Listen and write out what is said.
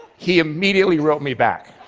he immediately wrote me back.